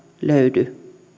löydy